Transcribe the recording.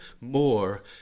more